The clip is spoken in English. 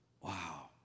Wow